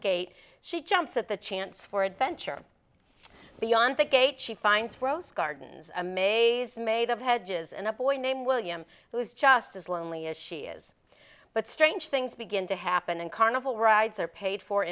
gate she jumps at the chance for adventure beyond that gate she finds rose gardens a maze made of hedges and a boy named william who is just as lonely as she is but strange things begin to happen and carnival rides are paid for